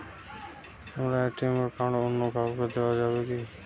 আমার ATM card অন্য কাউকে দেওয়া যাবে কি?